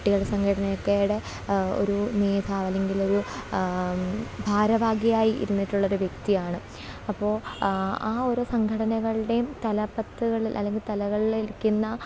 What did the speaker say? കുട്ടികളുടെ സംഘടനകയുടെ ഒരു നേതാവ് അല്ലെങ്കിലൊരു ഭാരവാഹിയായി ഇരുന്നിട്ടുള്ളൊരു വ്യക്തിയാണ് അപ്പോൾ ആ ഒരു സംഘടനകളുടെയും തലപ്പത്തുകളിൽ അല്ലെങ്കിൽ തലകളിരിക്കുന്ന